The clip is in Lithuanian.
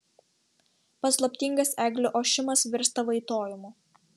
paslaptingas eglių ošimas virsta vaitojimu